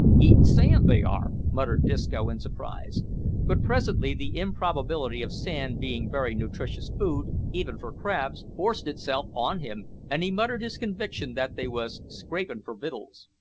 eatin' sand they are! muttered disco in surprise but presently the improbability of sand being very nutritious food, even for crabs, forced itself on him, and he muttered his conviction that they was scrapin' for wittles.